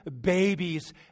babies